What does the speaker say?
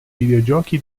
videogiochi